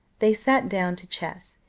they sat down to chess.